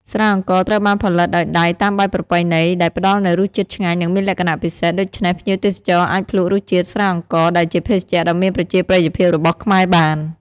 ស្រាអង្ករត្រូវបានផលិតដោយដៃតាមបែបប្រពៃណី ដែលផ្តល់នូវរសជាតិឆ្ងាញ់ និងមានលក្ខណៈពិសេស ដូច្នេះភ្ញៀវទេសចរអាចភ្លក់រសជាតិស្រាអង្ករ ដែលជាភេសជ្ជៈដ៏មានប្រជាប្រិយភាពរបស់ខ្មែរបាន។